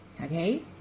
Okay